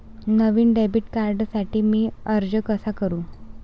नवीन debit कार्डसाठी मी अर्ज कसा करू?